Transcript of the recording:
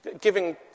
giving